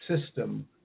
system